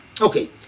okay